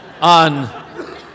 On